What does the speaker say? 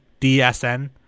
DSN